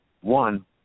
one